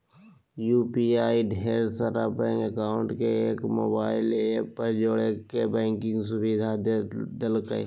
UPI ढेर सारा bank account के एक मोबाइल ऐप पर जोड़े के बैंकिंग सुविधा देलकै